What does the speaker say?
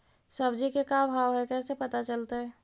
सब्जी के का भाव है कैसे पता चलतै?